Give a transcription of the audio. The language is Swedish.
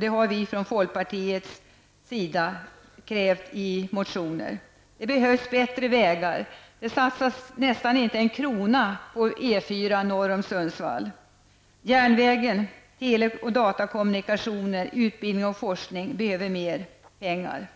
Det har vi från folkpartiets sida krävt i motioner. Det behövs bättre vägar. Det satsas nästan inte en krona på E 4-an norr om Sundsvall. Järnvägen, tele och datakommunikationer, utbildning och forskning behöver mera pengar.